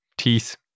Teeth